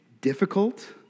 difficult